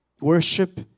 Worship